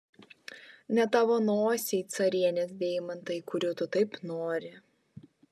ne tavo nosiai carienės deimantai kurių tu taip nori